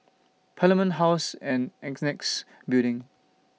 Parliament House and Annexe Building